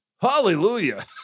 Hallelujah